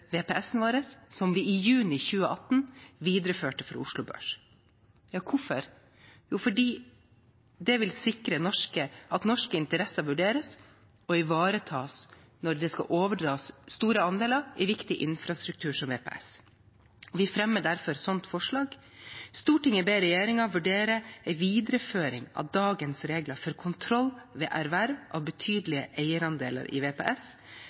vår som vi i juni 2018 videreførte for Oslo Børs. Hvorfor? Jo, fordi det vil sikre at norske interesser vurderes og ivaretas når det skal overdras store andeler i viktig infrastruktur som VPS. Vi fremmer derfor følgende forslag: «Stortinget ber regjeringen vurdere en videreføring av dagens regler for kontroll ved erverv av betydelige eierandeler i VPS,